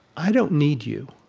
i don't need you.